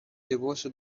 لباسو